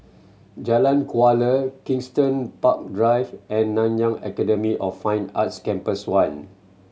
Jalan Kuala Kensington Park Drive and Nanyang Academy of Fine Arts Campus One